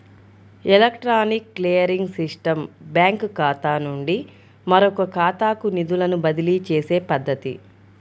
electronic clearing system బ్యాంకుఖాతా నుండి మరొకఖాతాకు నిధులను బదిలీచేసే పద్ధతి